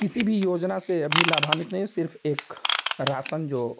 किसी भी योजना से अभी लाभान्वित नहीं सिर्फ़ एक राशन जो